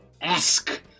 ask